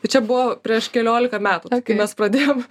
tai čia buvo prieš keliolika metų kai mes pradėjom